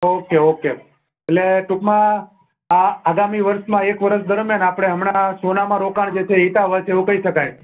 okay okay એટલે ટૂંકમાં આ આગામી વર્ષમાં એક વર્ષ દરમ્યાન આપણે હમણાં સોનામાં રોકાણ જે છે એ હિતાવહ છે એવુ કહી શકાય